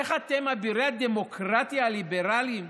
איך אתם, אבירי הדמוקרטיה הליברלית,